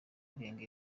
irenga